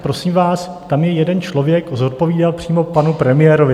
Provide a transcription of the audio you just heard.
Prosím vás, tam je jeden člověk, zodpovídal přímo panu premiérovi.